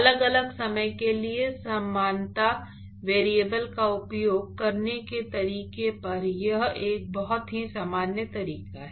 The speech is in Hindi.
अलग अलग समय के लिए समानता वेरिएबल का उपयोग करने के तरीके पर यह एक बहुत ही सामान्य तरीका है